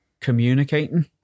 communicating